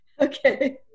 Okay